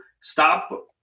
stop